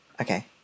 Okay